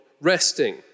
resting